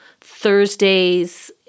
Thursday's